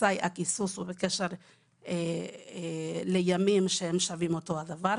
אזי הקיזוז הוא בקשר לימים שהם שווים אותו הדבר,